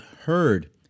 heard